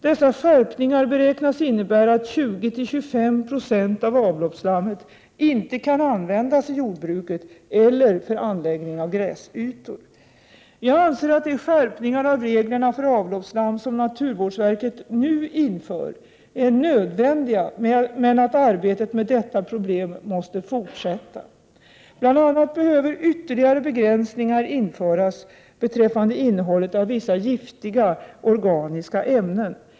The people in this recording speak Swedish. Dessa skärpningar beräknas innebära att 20-25 26 av avloppsslammet inte kan användas i jordbruket eller för anläggning av gräsytor. Jag anser att de skärpningar av reglerna för avloppsslam som naturvårds — Prot. 1987/88:41 verket nu inför är nödvändiga, men att arbetet med detta problem måste 9 december 1987 fortsätta. Det behöver införas ytterligare begränsningar beträffande innehål Miljövårdsfrågor. =, let av vissa giftiga organiska ämnen.